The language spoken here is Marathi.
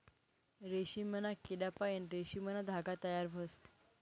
रेशीमना किडापाईन रेशीमना धागा तयार व्हस